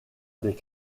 des